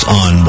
on